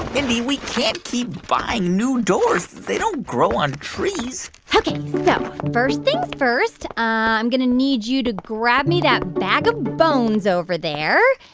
mindy, we can't keep buying new doors they don't grow on trees ok, so first thing first, ah, i'm going to need you to grab me that bag of bones over there.